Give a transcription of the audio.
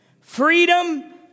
Freedom